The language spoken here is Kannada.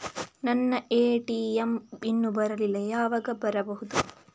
ನನ್ನ ಎ.ಟಿ.ಎಂ ಇನ್ನು ಬರಲಿಲ್ಲ, ಯಾವಾಗ ಬರಬಹುದು?